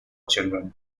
children